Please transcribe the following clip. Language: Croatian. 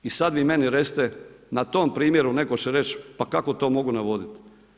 I sad vi meni recite na tom primjeru, netko će reći pa kako to mogu navoditi?